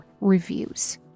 reviews